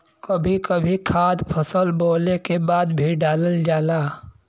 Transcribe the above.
कभी कभी खाद फसल बोवले के बाद भी डालल जाला